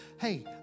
Hey